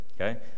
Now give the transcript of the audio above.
Okay